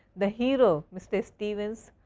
the hero mr. stevens,